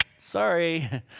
Sorry